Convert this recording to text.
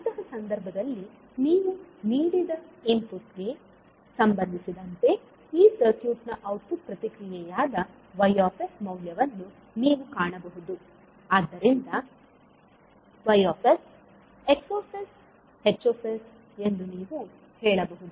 ಅಂತಹ ಸಂದರ್ಭದಲ್ಲಿ ನೀವು ನೀಡಿದ ಇನ್ಪುಟ್ ಗೆ ಸಂಬಂಧಿಸಿದಂತೆ ಈ ಸರ್ಕ್ಯೂಟ್ ನ ಔಟ್ಪುಟ್ ಪ್ರತಿಕ್ರಿಯೆಯಾದ Y ಮೌಲ್ಯವನ್ನು ನೀವು ಕಾಣಬಹುದು ಆದ್ದರಿಂದ Ys XH ಎಂದು ನೀವು ಹೇಳಬಹುದು